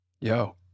Yo